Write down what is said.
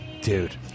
Dude